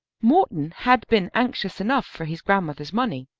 morton had been anxious enough for his grandmother's money,